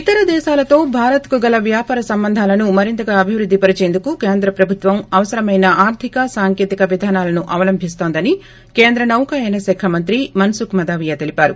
ఇతర దేశాలతో భారత్ కు గల వ్యాపార సంబంధాలను మరింతగా అభివృద్ది పరిచేందుకు కేంద్ర ప్రభుత్వం అవసరమైన ఆర్గిక సాంకేతిక విధానాలను అవలంభిస్తోందని కేంద్ర నౌకాయన శాఖ మంత్రి మససుఖ్ మదావియ తెలిపారు